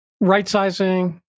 right-sizing